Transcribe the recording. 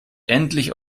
endlich